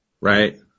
right